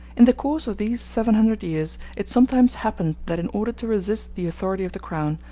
in the course of these seven hundred years it sometimes happened that in order to resist the authority of the crown,